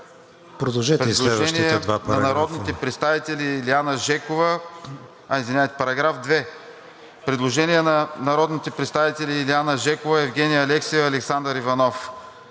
предложение на народните представители Илиана Жекова, Евгения Алексиева и Александър Иванов.